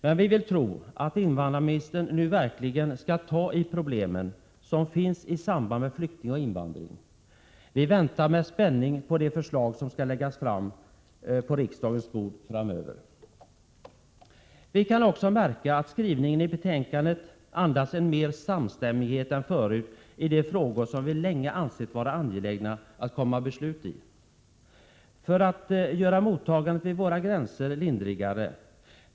Vi vill dock tro att invandrarministern nu verkligen skall lösa de problem som finns i samband med flyktingverksamhet och invandring. Vi väntar med spänning på de förslag som skall läggas på riksdagens bord framöver. Vi kan också märka att skrivningen i betänkandet andas en större samstämmighet än förut i de frågor som vi länge ansett vara angelägna att fatta beslut i för att göra mottagandet vid våra gränser lindrigare.